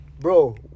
Bro